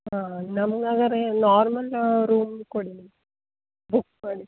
ಹಾಂ ನಮ್ಗೆ ಹಾಗಾರೆ ನಾರ್ಮಲ್ ರೂಮ್ ಕೊಡಿ ಮ್ಯಾಮ್ ಬುಕ್ ಮಾಡಿ